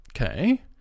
Okay